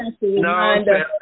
No